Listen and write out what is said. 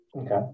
Okay